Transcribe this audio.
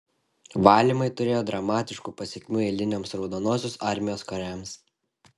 valymai turėjo dramatiškų pasekmių eiliniams raudonosios armijos kariams